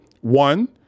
one